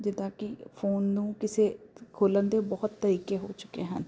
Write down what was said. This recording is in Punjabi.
ਜਿੱਦਾਂ ਕਿ ਫੋਨ ਨੂੰ ਕਿਸੇ ਖੋਲ੍ਹਣ ਦੇ ਬਹੁਤ ਤਰੀਕੇ ਹੋ ਚੁੱਕੇ ਹਨ